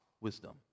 wisdom